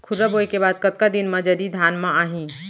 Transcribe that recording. खुर्रा बोए के बाद कतका दिन म जरी धान म आही?